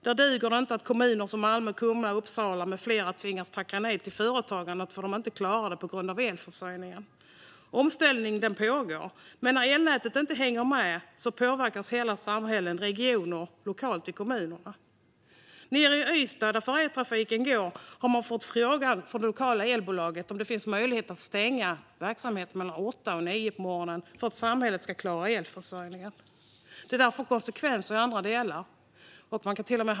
Det duger inte att kommuner som Malmö, Kumla och Uppsala med flera tvingas tacka nej till företag för att de inte klarar det på grund av bristande elförsörjning. Omställningen till el pågår, men när elnätet inte hänger med påverkar det hela samhällen, regioner och lokalt i kommunerna. I Ystad har färjetrafiken fått frågan från det lokala elbolaget om det finns möjlighet att stänga ned verksamheten mellan kl. 8 och kl. 9 på morgonen för att samhället ska klara elförsörjningen. Det får konsekvenser i andra delar.